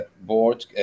board